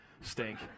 stink